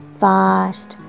fast